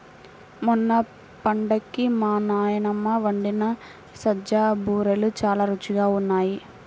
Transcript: మొన్న పండక్కి మా నాన్నమ్మ వండిన సజ్జ బూరెలు చాలా రుచిగా ఉన్నాయి